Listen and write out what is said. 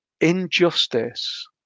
injustice